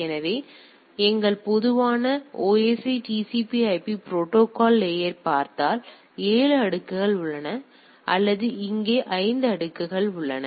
எனவே எங்கள் பொதுவான OSI TCP IP protocol layer பார்த்தால் எனவே 7 அடுக்குகள் உள்ளன அல்லது இங்கே 5 அடுக்குகள் உள்ளன